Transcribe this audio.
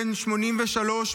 בן 83,